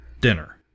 dinner